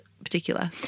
particular